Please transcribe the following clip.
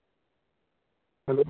hello